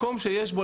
מקום שיש בו,